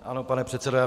Ano, pane předsedo.